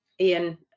Ian